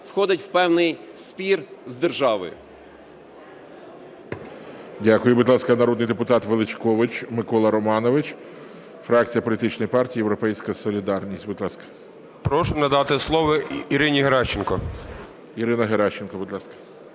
входить в певний спір з державою.